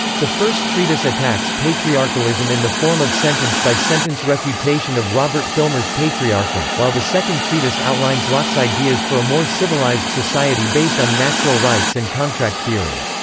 the first treatise attacks patriarchalism in the form of sentence-by-sentence refutation of robert filmer's patriarcha, while the second treatise outlines locke's ideas ideas for a more civilized society based on natural rights and contract theory.